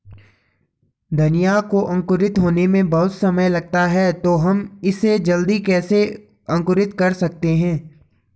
धनिया को अंकुरित होने में बहुत समय लगता है तो हम इसे जल्दी कैसे अंकुरित कर सकते हैं?